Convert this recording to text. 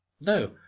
No